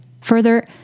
Further